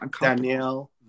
danielle